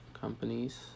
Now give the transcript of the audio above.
companies